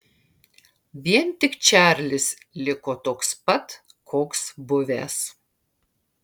vien tik čarlis liko toks pat koks buvęs